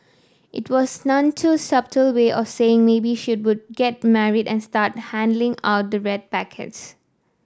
it was none too subtle way of saying maybe she would get marry and start handing out the red packets